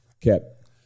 kept